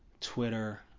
Twitter